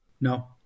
No